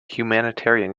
humanitarian